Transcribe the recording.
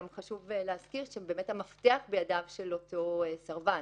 חשוב להזכיר שהמפתח הוא בידיו של אותו סרבן.